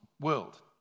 world